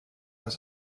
das